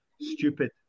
Stupid